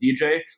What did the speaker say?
DJ